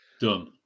done